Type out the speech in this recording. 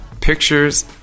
pictures